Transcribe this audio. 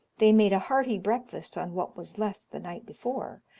they made a hearty breakfast on what was left the night before,